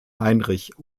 heinrich